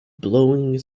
blowing